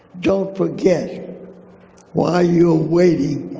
don't forget while you are waiting,